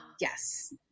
yes